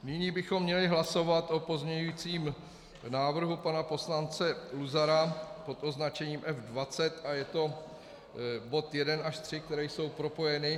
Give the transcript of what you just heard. Nyní bychom měli hlasovat o pozměňovacím návrhu pana poslance Luzara pod označením F20 a je to bod 1 až 3, které jsou propojeny.